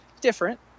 different